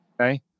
Okay